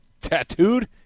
tattooed